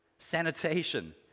sanitation